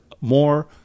more